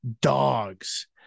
dogs